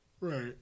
right